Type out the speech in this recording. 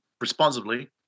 responsibly